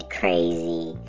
crazy